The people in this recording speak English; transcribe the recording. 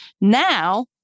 Now